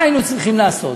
מה היינו צריכים לעשות,